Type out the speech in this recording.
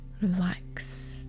relax